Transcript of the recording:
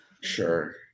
Sure